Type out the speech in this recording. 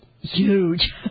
huge